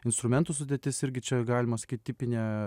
instrumentų sudėtis irgi čia galima sakyt tipinė